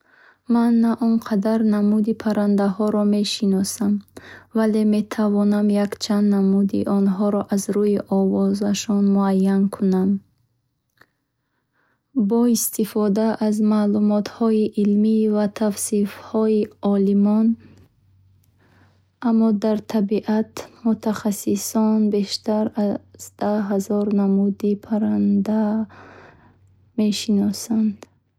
Ман, на он кадар намуди парандахоро мешиносам вале метавонам як чанд намуди онхоро аз руи овозашон муайян кунам. Бо истифода аз маълумотҳои илмӣ ва тавсифҳои олимон. Аммо дар табиат, мутахассисон бештар аз даҳ ҳазор намуди парранда мешиносанд.